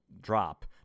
drop